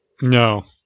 No